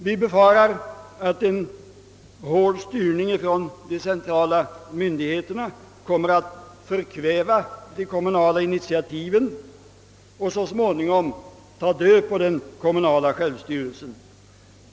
Vi befarar att en hård styrning från de centrala myndigheterna kommer att förkväva de kommunala initiativen och så småningom ta död på den kommunala självstyrelsen.